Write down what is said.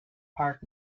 park